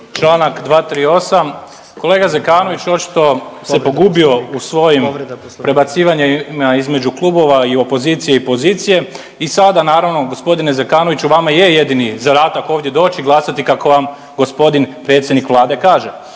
Čl. 238. kolega Zekanović očito se pogubio u svojim prebacivanjima između klubova i opozicije i pozicije i sada naravno g. Zekanoviću vama je jedini zadatak ovdje doći i glasati kako vam g. predsjednik Vlade kaže